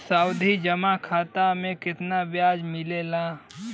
सावधि जमा खाता मे कितना ब्याज मिले ला?